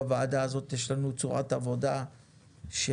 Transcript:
בוועדה הזאת יש לנו צורת עבודה שחברי